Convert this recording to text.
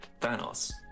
Thanos